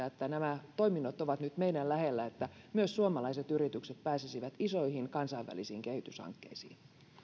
että nämä toiminnot ovat nyt meitä lähellä jotakin merkitystä sen kannalta että myös suomalaiset yritykset pääsisivät isoihin kansainvälisiin kehityshankkeisiin